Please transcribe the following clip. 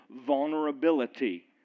vulnerability